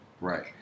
right